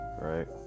right